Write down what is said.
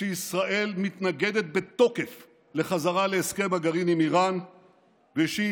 שישראל מתנגדת בתוקף לחזרה להסכם הגרעין עם איראן ושהיא